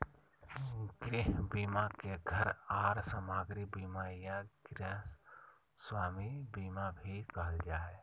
गृह बीमा के घर आर सामाग्री बीमा या गृहस्वामी बीमा भी कहल जा हय